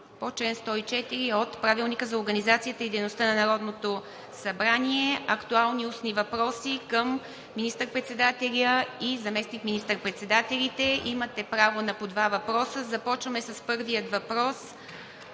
Народното събрание – актуални устни въпроси към министър-председателя и заместник министър председателите. Имате право на по два въпроса. Започваме с първия въпрос